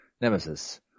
nemesis